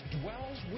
dwells